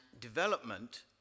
development